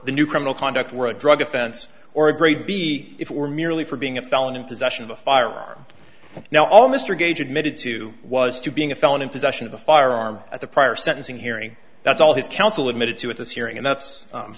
the new criminal conduct were a drug offense or a grade b if it were merely for being a felon in possession of a firearm now all mr gage admitted to was to being a felon in possession of a firearm at the prior sentencing hearing that's all his counsel admitted to at this hearing and that's